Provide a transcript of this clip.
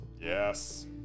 Yes